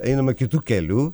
einama kitu keliu